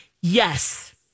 Yes